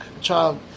child